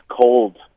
cold